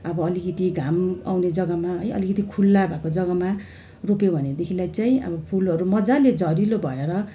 अब अलिकति घाम आउने जगामा है अलिकति खुल्ला भएको जगामा रोप्यौँ भनेदेखिलाई चाहिँ अब फुलहरू मजाले झरिलो भएर